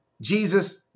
Jesus